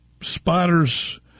Spiders